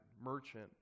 merchant